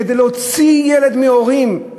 כדי להוציא ילד מהורים,